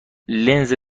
لنز